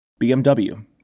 BMW